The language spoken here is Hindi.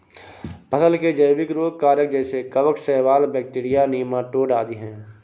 फसल के जैविक रोग कारक जैसे कवक, शैवाल, बैक्टीरिया, नीमाटोड आदि है